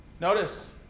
Notice